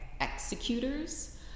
executors